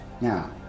Now